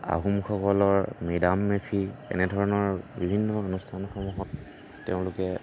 আহোমসকলৰ মেডাম মে ফি এনেধৰণৰ বিভিন্ন অনুষ্ঠানসমূহত তেওঁলোকে